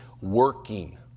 working